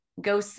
Go